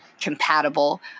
compatible